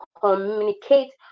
communicate